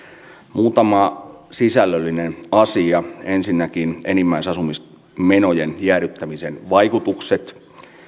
muutama sisällöllinen asia ensinnäkin enimmäisasumismenojen jäädyttämisen vaikutukset